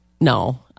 No